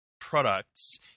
products